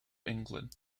england